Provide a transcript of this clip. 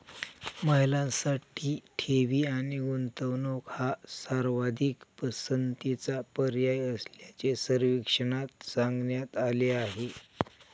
महिलांसाठी ठेवी आणि गुंतवणूक हा सर्वाधिक पसंतीचा पर्याय असल्याचे सर्वेक्षणात सांगण्यात आले आहे